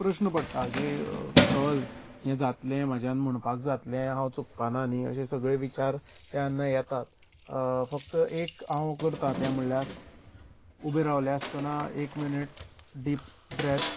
प्रस्न पडटा की सहज हें जातलें म्हज्यान म्हणपाक जातलें हांव चुकपाना न्हय अशे सगले विचार तेन्ना येतात फक्त एक हांव करता तें म्हणल्यार उबें रावले आसतना एक मिनीट डीप ब्रेथ